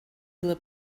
the